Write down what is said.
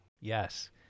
Yes